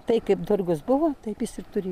tai kaip turgus buvo taip jis ir turi